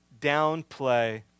downplay